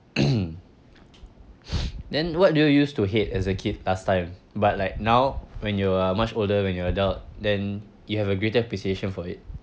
then what do you use to hate as a kid last time but like now when you are much older when you're adult then you have a greater appreciation for it